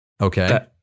okay